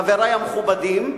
חברי המכובדים,